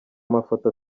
amafoto